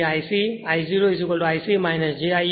તેથી I c I0 I c j I m